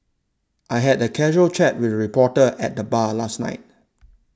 I had a casual chat with a reporter at the bar last night